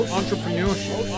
entrepreneurship